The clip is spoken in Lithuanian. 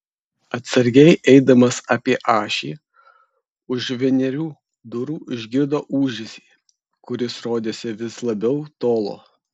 atsargiai eidamas apie ašį už vienerių durų išgirdo ūžesį kuris rodėsi vis labiau tolo